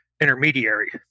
intermediary